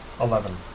Eleven